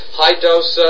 high-dose